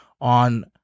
on